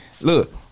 Look